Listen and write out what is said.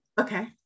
Okay